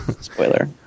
Spoiler